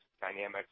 dynamics